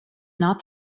not